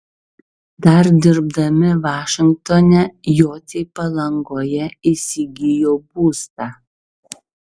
dar dirbdami vašingtone jociai palangoje įsigijo būstą